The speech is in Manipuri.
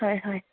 ꯍꯣꯏ ꯍꯣꯏ